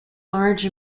large